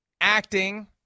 acting